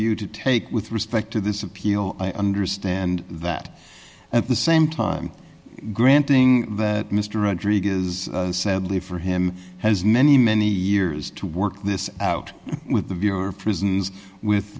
you to take with respect to this appeal i understand that at the same time granting that mr rodriguez is sadly for him has many many years to work this out with the viewer prisons with